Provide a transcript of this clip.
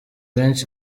benshi